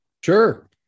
Sure